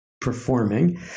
performing